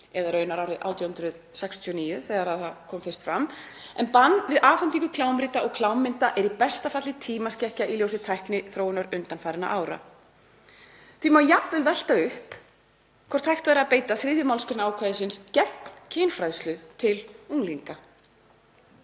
eða raunar árið 1869 þegar þau komu fyrst fram, en bann við afhendingu klámrita og klámmynda er í besta falli tímaskekkja í ljósi tækniþróunar undanfarinna ára. Því má jafnvel velta upp hvort hægt væri að beita 3. mgr. ákvæðisins gegn kynfræðslu til unglinga.